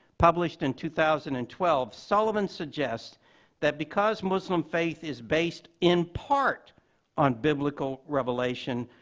published in two thousand and twelve, sullivan suggests that because muslim faith is based in part on biblical revelation,